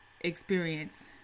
experience